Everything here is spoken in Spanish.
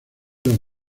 los